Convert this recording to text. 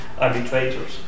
arbitrators